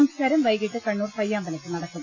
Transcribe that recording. സംസ്കാരം വൈകീട്ട് കണ്ണൂർ പയ്യാമ്പലത്ത് നടക്കും